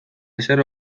ezer